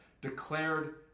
declared